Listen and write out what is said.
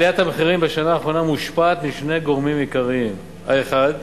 עליית המחירים בשנה האחרונה מושפעת משני גורמים עיקריים: האחד,